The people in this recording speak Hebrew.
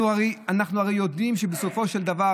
אנחנו הרי יודעים שבסופו של דבר,